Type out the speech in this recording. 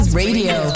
radio